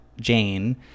Jane